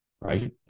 right